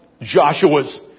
Joshua's